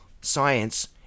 science